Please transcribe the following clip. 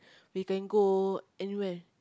we can go anywhere